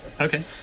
okay